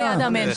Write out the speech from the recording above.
לא ליד המנטור.